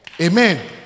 Amen